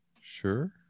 Sure